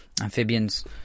amphibians